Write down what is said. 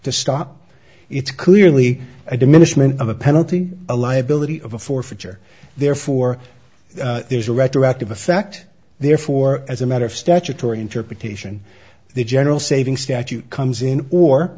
to stop it's clearly a diminishment of a penalty a liability of a forfeiture therefore there's a retroactive effect therefore as a matter of statutory interpretation the general saving statute comes in or